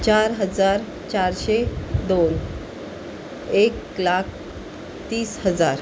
चार हजार चारशे दोन एक लाख तीस हजार